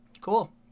Cool